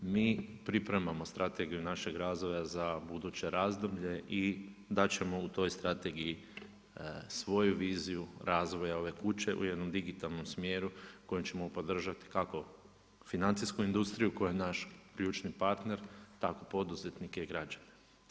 Mi pripremimo strategiju našeg razvoja za buduće razdoblje i dat ćemo u toj strategiji svoju viziju razvoja ove kuće u jednom digitalnom smjeru kojem ćemo podržati kako financijsku industriju koja je naš ključni partner, tako poduzetnike i građane.